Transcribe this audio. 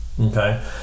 okay